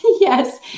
Yes